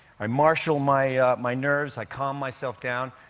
i marshal my my nerves. i calm myself down.